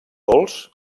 dolç